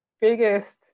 biggest